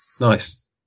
nice